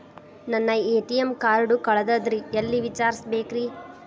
ನನ್ನ ATM card ಕಳದದ್ರಿ ಎಲ್ಲಿ ವಿಚಾರಿಸ್ಬೇಕ್ರಿ?